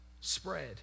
spread